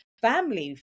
family